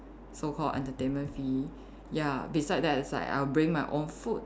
so called entertainment fee ya beside that it's like I'll bring my own food